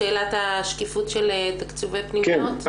לשאלת השקיפות של תקציבי פנימיות.